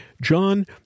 John